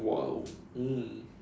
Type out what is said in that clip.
!whoa! mm